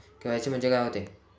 KYC म्हंनजे का होते?